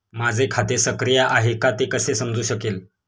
माझे खाते सक्रिय आहे का ते कसे समजू शकेल?